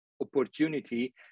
opportunity